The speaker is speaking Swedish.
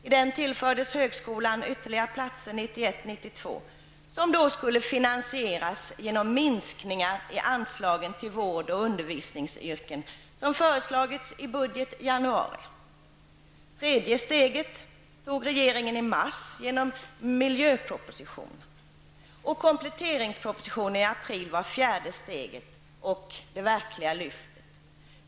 I den tillfördes högskolan ytterligare platser 1991/92, vilka skulle finansieras genom minskningar i de anslag till vårdoch undervisningsyrken som föreslagits i budgeten i januari. Det tredje steget tog regeringen i mars genom miljöpropositionen. Kompletteringspropositionen i april var fjärde steget och det verkliga lyftet.